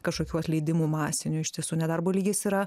kažkokių atleidimų masinių iš tiesų nedarbo lygis yra